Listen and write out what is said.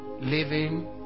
living